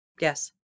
Yes